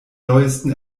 neuesten